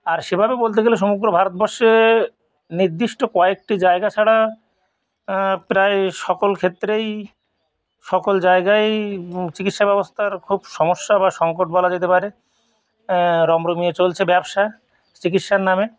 আর সেভাবে বলতে গেলে সমগ্র ভারতবর্ষে নির্দিষ্ট কয়েকটি জায়গা ছাড়া প্রায় সকল ক্ষেত্রেই সকল জায়গায় চিকিৎসা ব্যবস্থার খুব সমস্যা বা সংকট বলা যেতে পারে রমরমিয়ে চলছে ব্যবসা চিকিৎসার নামে